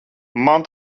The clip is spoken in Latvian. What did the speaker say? man